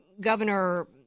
Governor –